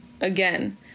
Again